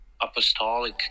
Apostolic